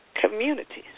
communities